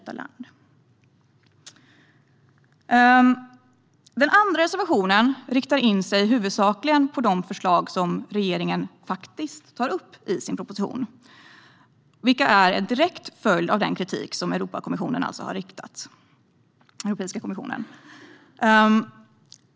Den andra reservationen riktar i huvudsak in sig på de förslag som regeringen faktiskt tar upp i sin proposition, vilka är en direkt följd av Europeiska kommissionens kritik.